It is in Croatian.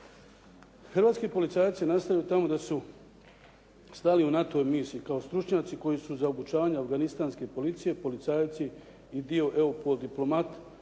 Hrvatski policajci nastoje tamo da su stalo u NATO-ovoj misiji, kao stručnjaci koji su za obučavanje afganistanske policije policajci i dio EUPOL diplomat